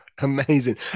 Amazing